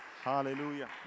Hallelujah